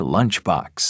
Lunchbox